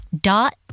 dot